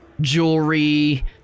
jewelry